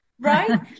Right